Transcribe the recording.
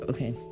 Okay